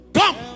come